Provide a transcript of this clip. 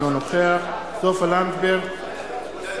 אינו נוכח סופה לנדבר,